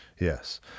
Yes